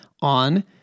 on